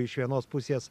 iš vienos pusės